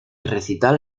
recital